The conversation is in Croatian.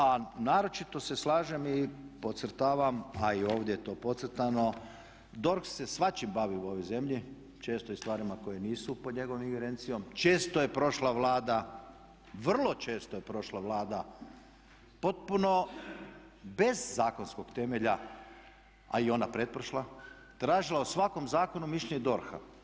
A naročito se slažem i podcrtavam, a i ovdje je to podcrtano, DORH se svačim bavi u ovoj zemlji, često i stvarima koje nisu pod njegovom ingerencijom, često je prošla Vlada, vrlo često je prošla Vlada potpuno bez zakonskog temelja, a i ona pretprošla, tražila o svakom zakonu mišljenje DORH-a.